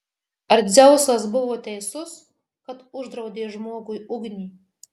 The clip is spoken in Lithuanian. ar dzeusas buvo teisus kad uždraudė žmogui ugnį